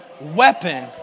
weapon